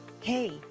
Hey